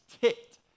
ticked